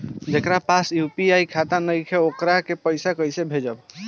जेकरा पास यू.पी.आई खाता नाईखे वोकरा के पईसा कईसे भेजब?